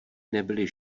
nebyly